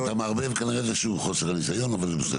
כנראה איזשהו חוסר ניסיון אבל בסדר.